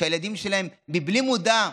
שהילדים שלהם, לא במודע,